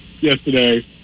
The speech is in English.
yesterday